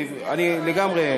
אני לגמרי,